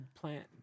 plant